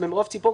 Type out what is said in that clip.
זה ממעוף הציפור.